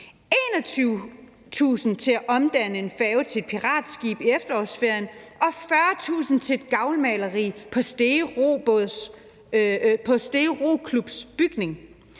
21.000 kr. til at omdanne en færge til et piratskib i efterårsferien og 40.000 kr. til et gavlmaleri på Stege Roklubs bygning.